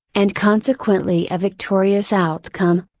and consequently a victorious outcome,